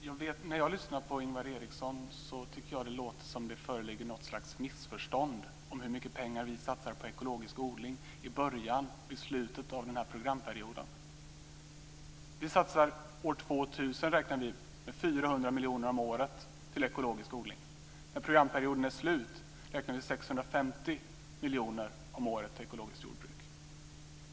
Fru talman! När jag lyssnar på Ingvar Eriksson tycker jag att det låter som om det föreligger något slags missförstånd om hur mycket pengar vi satsar på ekologisk odling i början och i slutet av den här programperioden. Vi räknar med att år 2000 satsa 400 miljoner om året på ekologisk odling. När programperioden är slut räknar vi med 650 miljoner om året till ekologiskt jordbruk.